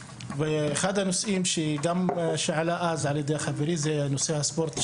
ואחד הנושאים שעלה אז על ידי החברים היה נושא הספורט,